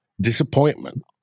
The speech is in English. disappointment